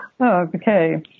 Okay